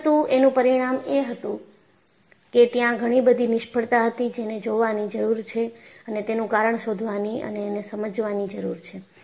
પરંતુ એનું પરિણામ એ હતું કે ત્યાં ઘણીબધી નિષ્ફળતા હતી જેને જોવાની જરૂર છે અને તેનું કારણ શોધવાની અને સમજવાની જરૂર છે